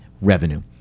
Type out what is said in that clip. revenue